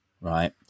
right